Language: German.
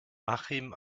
achim